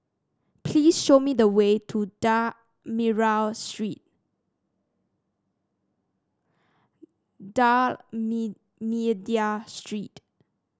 please show me the way to D'Almeida Street